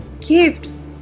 gifts